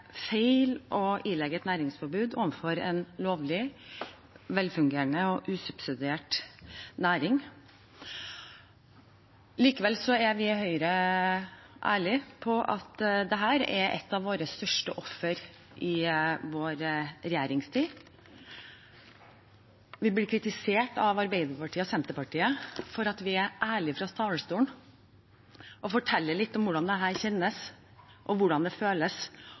feil å ilegge et næringsforbud overfor en lovlig, velfungerende og usubsidiert næring. Likevel er vi i Høyre ærlige om at dette er et av våre største ofre i vår regjeringstid. Vi blir kritisert av Arbeiderpartiet og Senterpartiet for at vi er ærlige fra talerstolen og forteller litt om hvordan dette kjennes, og hvordan det føles